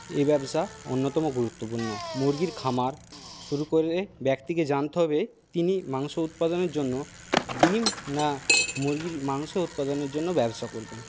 এই ব্যবসা অন্যতম গুরুত্বপূর্ণ মুরগির খামার শুরু করলে ব্যক্তিকে জানতে হবে তিনি মাংস উৎপাদনের জন্য ডিম না মুরগির মাংস উৎপাদনের জন্য ব্যবসা করবেন